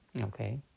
Okay